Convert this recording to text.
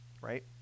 right